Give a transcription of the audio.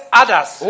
others